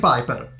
Piper